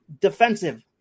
defensive